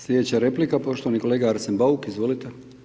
Slijedeća replika, poštovani kolega Arsen Bauk, izvolite.